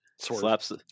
slaps